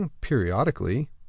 Periodically